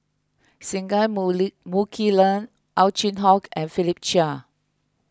Singai Mukilan Ow Chin Hock and Philip Chia